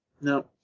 no